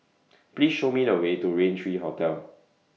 Please Show Me The Way to Rain three Hotel